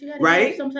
right